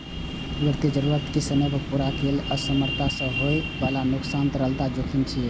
वित्तीय जरूरत कें समय पर पूरा करै मे असमर्थता सं होइ बला नुकसान तरलता जोखिम छियै